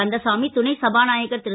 கந்தசாமி துணை சபாநாயகர் ரு